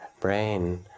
brain